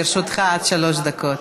לרשותך עד שלוש דקות.